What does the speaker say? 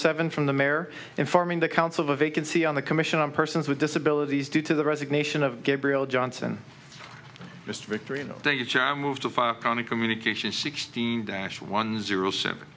seven from the mare informing the counsel of a vacancy on the commission on persons with disabilities due to the resignation of gabriel johnson mr victory and move to five county communication sixteen dash one zero seven